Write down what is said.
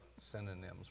Synonyms